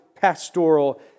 pastoral